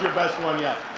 best one yet.